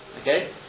Okay